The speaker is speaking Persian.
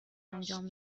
انجام